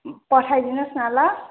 पठाइदिनुहोस् न ल